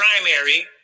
primary